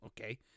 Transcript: Okay